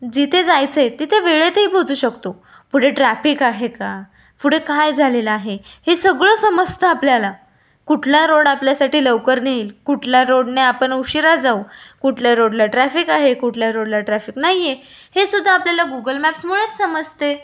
जिथे जायचं आहे तिथे वेळेतही पोहोचू शकतो पुढे ट्रॅफिक आहे का पुढे काय झालेलं आहे हे सगळं समजतं आपल्याला कुठला रोड आपल्यासाठी लवकर नेईल कुठल्या रोडने आपण उशिरा जाऊ कुठल्या रोडला ट्रॅफिक आहे कुठल्या रोडला ट्रॅफिक नाही आहे हे सुद्धा आपल्याला गुगल मॅप्समुळेच समजते